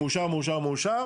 מאושר מאושר מאושר,